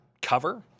Cover